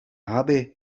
habe